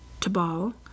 Tabal